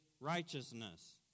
righteousness